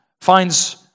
finds